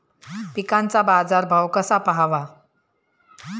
पिकांचा बाजार भाव कसा पहावा?